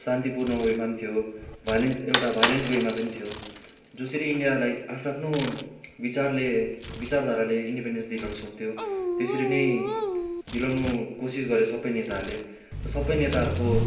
शान्तिपूर्ण वेमा पनि थियो भायलेन्ट एउटा भायलेन्ट वेमा पनि थियो जसरी इन्डियालाई आफ्आफ्नो विचारले विचारधाराले इन्डिपेन्डेन्स दिलाउनु सक्थ्यो त्यसरी नै दिलाउनु कोसिस गऱ्यो सबै नेताहरूले र सबै नेताहरूको